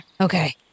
Okay